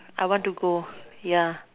I want to go yeah